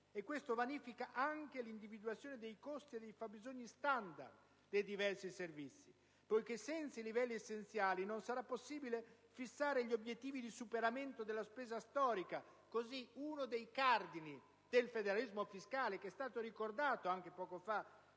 ciò vanifica anche l'individuazione dei costi e dei fabbisogni standard dei diversi servizi, poiché senza i livelli essenziali non sarà possibile fissare gli obiettivi di superamento della spesa storica, così uno dei cardini del federalismo fiscale, che è stato ricordato anche poco fa